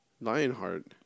Lionheart